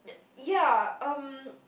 ya um